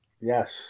Yes